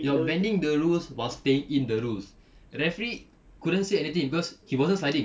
you're bending the rules while stay in the rules referee couldn't say anything cause he wasn't sliding